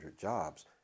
jobs